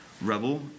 rebel